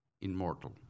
immortal